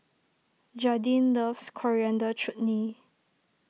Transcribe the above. Jadyn loves Coriander Chutney